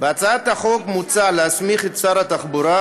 בהצעת החוק מוצע להסמיך את שר התחבורה